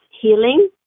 healing